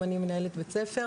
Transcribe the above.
אם אני מנהלת בית ספר,